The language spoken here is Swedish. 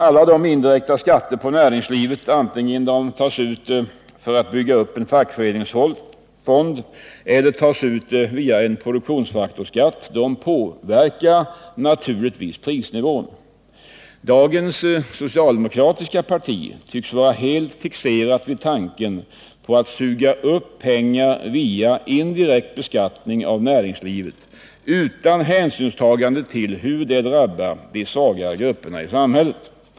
Alla indirekta skatter på näringslivet, antingen de tas ut för att bygga upp en fackföreningsfond eller som en produktionsfaktorsskatt, påverkar prisnivån. Dagens socialdemokratiska parti tycks vara helt fixerat vid tanken på att suga upp pengar via indirekt beskattning av näringslivet utan hänsynstagande till hur det drabbar de svagaste grupperna i samhället.